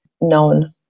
known